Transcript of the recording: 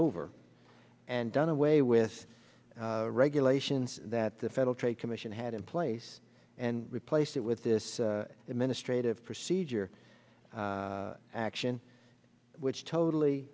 over and done away with regulations that the federal trade commission had in place and replace it with this administrative procedure action which totally